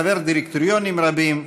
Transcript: חבר דירקטוריונים רבים,